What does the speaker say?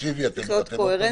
צריכה להיות קוהרנטיות.